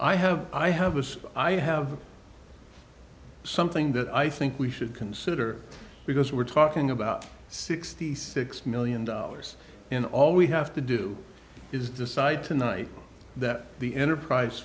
i have i have a scale i have something that i think we should consider because we're talking about sixty six million dollars in all we have to do is decide tonight that the enterprise